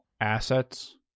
assets